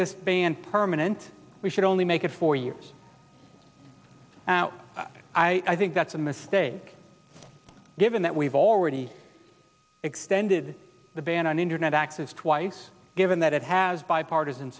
this ban permanent we should only make it four years now i think that's a mistake given that we've already extended the ban on internet access twice given that it has bipartisan